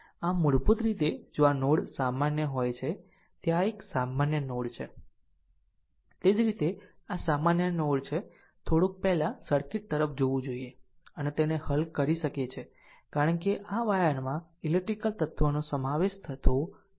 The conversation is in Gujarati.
આમ મૂળભૂત રીતે જો આ નોડ સામાન્ય હોય છે તે આ એક સામાન્ય નોડ છે તે જ રીતે આ સામાન્ય નોડ છે થોડુંક પહેલા સર્કિટ તરફ જોવું જોઈએ અને તેને હલ કરી શકે છે કારણ કે આ વાયરમાં કોઈ ઈલેક્ટ્રીકલ તત્વનો સમાવેશ થતો નથી